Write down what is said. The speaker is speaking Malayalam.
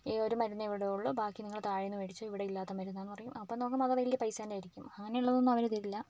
ഈ ഒരു മരുന്നേ ഇവിടുള്ളൂ ബാക്കി നിങ്ങള് താഴേന്നു മേടിച്ചോ ഇവിടില്ലാത്ത മരുന്നാന്ന് പറയും അപ്പം നോക്കുമ്പം അത് വലിയ പൈസ തന്നെയായിരിക്കും അങ്ങനെയുള്ളതൊന്നും അവര് തരില്ല